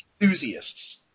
enthusiasts